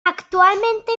actualmente